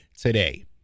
today